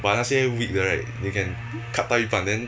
but 那些 weak the right you can cut 到一半 then